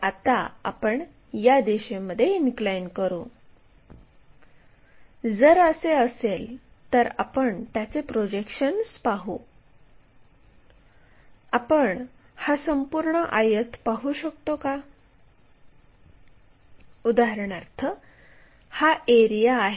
आता आपण हा कोन मोजूया यास फाय असे म्हणू आणि ही खरी लांबी आहे आणि हे टॉप व्ह्यू आहे